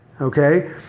Okay